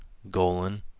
golan,